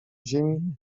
ziemi